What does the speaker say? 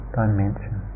dimension